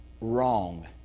wrong